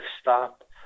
stop